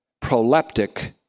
proleptic